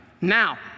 Now